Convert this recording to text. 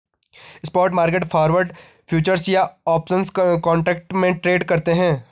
spot market forward, futures या options contract में trade करते हैं